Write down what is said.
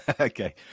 Okay